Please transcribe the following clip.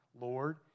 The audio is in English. Lord